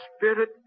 spirit